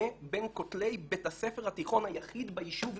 בין כתלי בית הספר התיכון היחיד ביישוב,